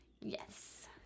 yes